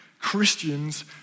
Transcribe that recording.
Christians